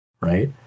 Right